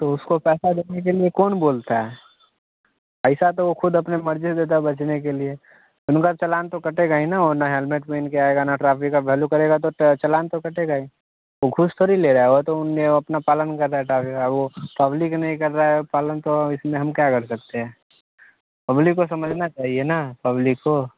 तो उसको पैसा रखने के लिए कौन बोलता है पैसा तो वो ख़ुद अपने मर्ज़ी से देती है बचने के लिए उनका चलान तो कटेगा ही ना और ना हेलमेट पहन के आएगा ना ट्राफिक का भैलू करेँगे तो चलान तो कटेगा ही वह घूस थोड़ी ले रहा वह तो उन्ने वह अपना पालन कर रहा है ट्राफिक है वह पब्लिक नहीं कर रही है पालन तो इसमें हम क्या कर सकते हैँ पब्लिक को समझना चाहिए ना पब्लिक को